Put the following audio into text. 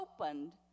opened